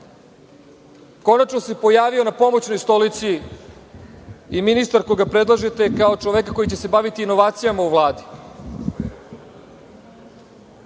NATO-a? Konačno se pojavio na pomoćnoj stolici i ministar koga predlažete kao čoveka koji će se baviti inovacijama u Vladi,